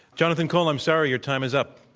jonathan cole, i'm sorry, your time is up.